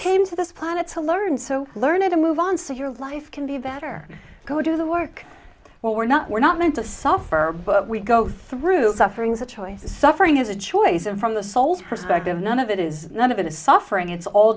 came to this planet to learn so learned to move on so your life can be better go do the work well we're not we're not meant to suffer but we go through suffering is a choice suffering is a choice and from the soul's perspective none of it is none of it is suffering it's all